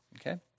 okay